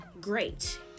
great